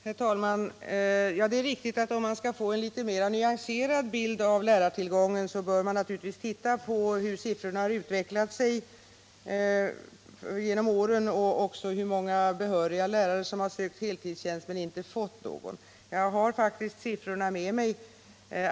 Herr talman! Ja, det är riktigt att man om man skall få en litet mera nyanserad bild av lärartillgången bör se på hur siffrorna har utvecklats genom åren och också undersöka hur många behöriga lärare som har sökt heltidstjänster men inte fått någon sådan. Jag har faktiskt siffrorna med mig.